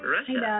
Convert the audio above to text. Russia